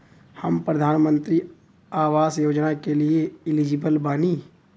हम प्रधानमंत्री आवास योजना के लिए एलिजिबल बनी?